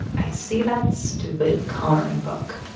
i see that stupid coloring book.